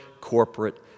corporate